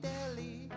Deli